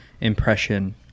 impression